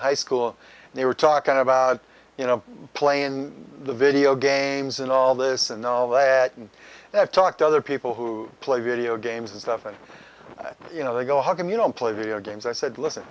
high school and they were talking about you know play in the video games and all this and all that and i've talked to other people who play video games and stuff and you know they go how come you don't play video games i said listen